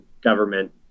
government